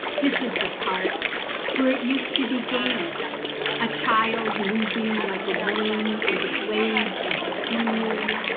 this is the part where it used to be game a child moving like a worm through the blades of cool,